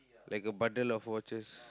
like a bundle of watches